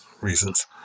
reasons